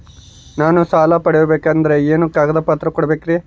ನಾನು ಸಾಲ ಪಡಕೋಬೇಕಂದರೆ ಏನೇನು ಕಾಗದ ಪತ್ರ ಕೋಡಬೇಕ್ರಿ?